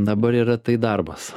dabar yra tai darbas